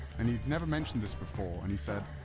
and he'd never mentioned this before and he said,